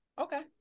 Okay